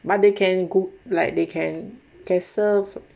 but they can go like they can whisper